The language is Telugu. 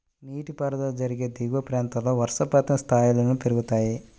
నీటిపారుదల జరిగే దిగువ ప్రాంతాల్లో వర్షపాతం స్థాయిలను పెరుగుతాయి